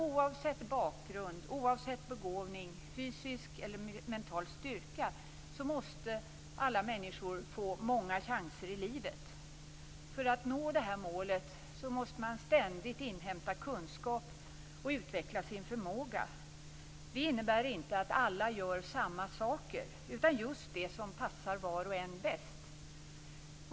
Oavsett bakgrund, begåvning, fysisk eller mental styrka måste alla människor få många chanser i livet. För att nå detta mål måste man ständigt inhämta kunskap och utveckla sin förmåga. Det innebär inte att alla gör samma saker utan just det som passar var och en bäst.